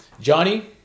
Johnny